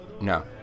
No